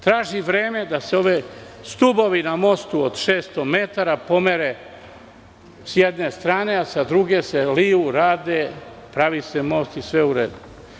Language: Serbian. Traži se vreme da se ovi stubovi na mostu od 600 metara pomere sa jedne strane, a sa druge se liju, pravi se most i to je sve u redu.